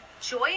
joy